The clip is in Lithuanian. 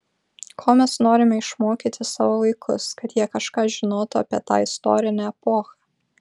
ko mes norime išmokyti savo vaikus kad jie kažką žinotų apie tą istorinę epochą